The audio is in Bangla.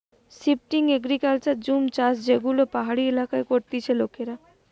শিফটিং এগ্রিকালচার জুম চাষযেগুলো পাহাড়ি এলাকায় করতিছে লোকেরা